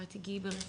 ואת תגעי ברווחה,